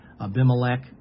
Abimelech